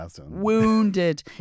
Wounded